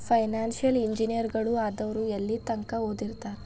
Financial ಇಂಜಿನಿಯರಗಳು ಆದವ್ರು ಯೆಲ್ಲಿತಂಕಾ ಓದಿರ್ತಾರ?